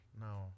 No